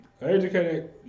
educated